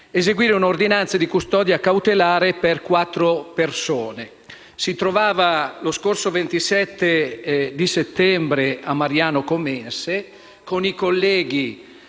eseguire un’ordinanza di custodia cautelare per quattro persone. Si trovava perciò lo scorso 27 di settembre a Mariano Comense e con i colleghi